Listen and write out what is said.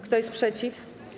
Kto jest przeciw?